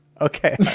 Okay